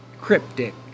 cryptic